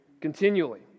continually